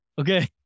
okay